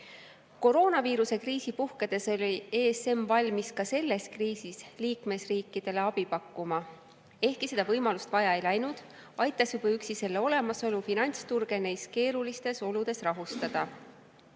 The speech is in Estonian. taastus. Koroonaviiruse kriisi puhkedes oli ESM valmis ka selles kriisis liikmesriikidele abi pakkuma. Ehkki seda võimalust vaja ei läinud, aitas juba üksi selle olemasolu finantsturge neis keerulistes oludes rahustada. Praegu